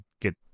get